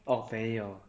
orh 没有